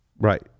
right